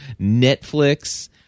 Netflix